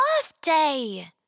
birthday